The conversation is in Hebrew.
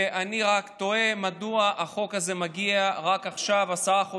ואני רק תוהה מדוע החוק הזה מגיע רק עכשיו,